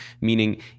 Meaning